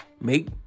make